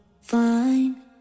Fine